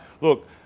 Look